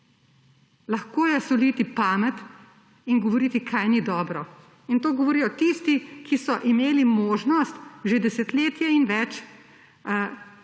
Lahko je soliti pamet in govoriti, kaj ni dobro. In to govorijo tisti, ki so imeli možnost že desetletje in več